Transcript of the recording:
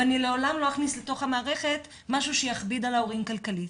ואני לעולם לא אכניס לתוך המערכת משהו שיכביד כלכלית על ההורים.